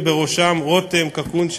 ובראשם רותם קקון,